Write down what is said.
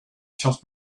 science